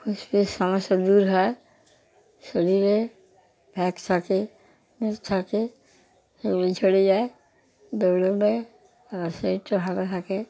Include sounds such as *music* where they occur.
*unintelligible* সমস্যা দূর হয় শরীরে ফ্যাট থাকে মেদ থাকে সেগুলো ঝরে যায় দৌড়োলে শরীরটা ভালো থাকে